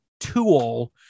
tool